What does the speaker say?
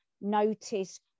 notice